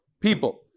people